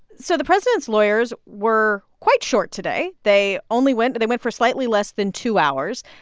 so the president's lawyers were quite short today. they only went they went for slightly less than two hours.